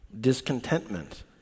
discontentment